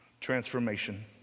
Transformation